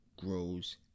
grows